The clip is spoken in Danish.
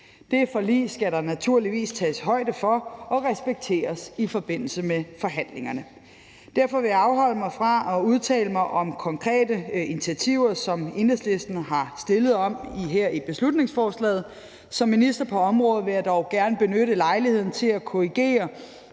Det forlig skal der naturligvis tages højde for, og det skal respekteres i forbindelse med forhandlingerne. Derfor vil jeg afholde mig fra at udtale mig om konkrete initiativer, som Enhedslisten har stillet op her i beslutningsforslaget. Som minister på området vil jeg dog gerne benytte lejligheden til at korrigere